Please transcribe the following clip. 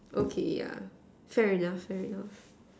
okay yeah fair enough fair enough